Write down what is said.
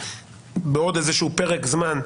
בעוד איזשהו פרק זמן,